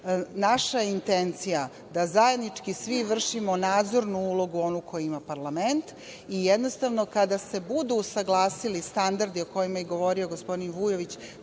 intencija je da zajednički svi vršimo nadzornu ulogu, onu koju ima parlament. Jednostavno, kada se budu usaglasili standardi o kojima je govorio gospodin Vujović